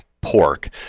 pork